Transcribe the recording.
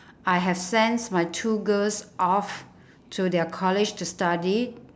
I have sent my two girls off to their college to study